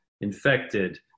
infected